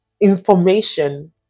information